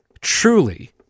truly